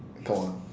come on